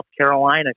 Carolina